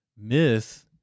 myth